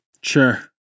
Sure